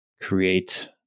create